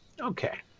Okay